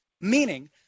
meaning